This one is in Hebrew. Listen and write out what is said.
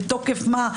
מתוקף מה,